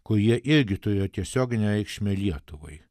kurie irgi turėjo tiesioginę reikšmę lietuvai